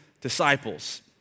disciples